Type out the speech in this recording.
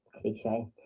cliche